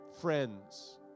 friends